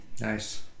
Nice